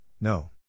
no